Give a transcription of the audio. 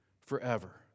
forever